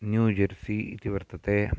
new Jersey इति वर्तते